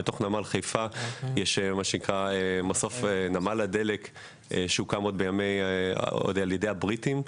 בתוך נמל חיפה יש מסוף נמל דלק שהוקם על ידי הבריטים.